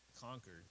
conquered